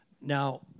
Now